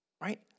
Right